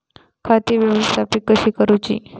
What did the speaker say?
खाती व्यवस्थापित कशी करूची?